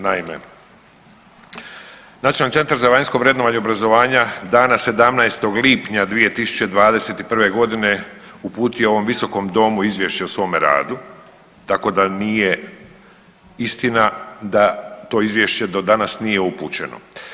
Naime, Nacionalni centar za vanjsko vrednovanje obrazovanja dana 17. lipnja 2021.g. uputio je ovom visokom domu izvješće o svome radu, tako da nije istina da to izvješće do danas nije upućeno.